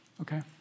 okay